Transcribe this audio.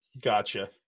Gotcha